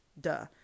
Duh